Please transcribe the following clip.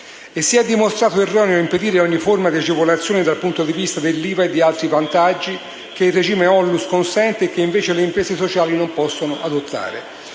inoltre dimostrato erroneo impedire ogni forma di agevolazione dal punto di vista dell'IVA e di altri vantaggi che il regime ONLUS consente e che, invece, le imprese sociali non possono adottare.